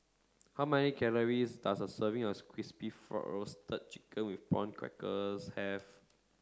how many calories does a serving of Crispy Roasted Chicken with Prawn Crackers have